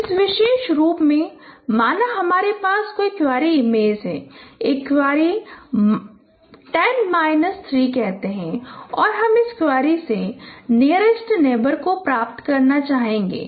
और इसलिए विशेष रूप से माना हमारे पास कोई क्वेरी इमेज है एक क्वेरी 10 माइनस 3 कहते हैं और हम इस क्वेरी से नियरेस्ट नेबर को प्राप्त करना चाहेंगे